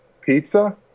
Pizza